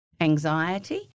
anxiety